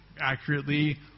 accurately